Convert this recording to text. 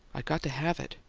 i got to have it.